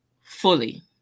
fully